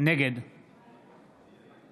נגד